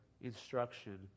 instruction